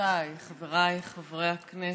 חבריי וחברותיי חברי הכנסת,